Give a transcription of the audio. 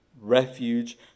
refuge